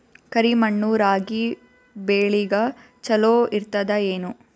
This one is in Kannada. ಕರಿ ಮಣ್ಣು ರಾಗಿ ಬೇಳಿಗ ಚಲೋ ಇರ್ತದ ಏನು?